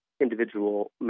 individual